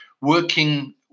working